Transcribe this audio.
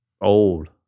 old